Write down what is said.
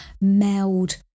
meld